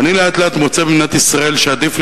ואני לאט-לאט מוצא במדינת ישראל שעדיף לי